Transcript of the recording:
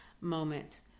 moment